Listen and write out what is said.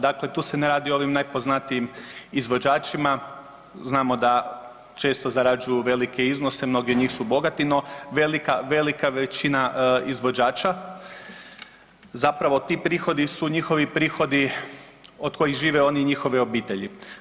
Dakle, tu se ne radi o ovim najpoznatijim izvođačima, znamo da često zarađuju velike iznose, mnogi od njih su bogati, no velika, velika većina izvođača zapravo ti prihodi su njihovi prihodi od kojih žive oni i njihove obitelji.